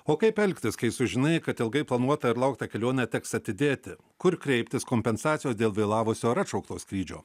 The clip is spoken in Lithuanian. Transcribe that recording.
o kaip elgtis kai sužinai kad ilgai planuotą ir lauktą kelionę teks atidėti kur kreiptis kompensacijos dėl vėlavusio ar atšaukto skrydžio